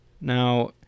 Now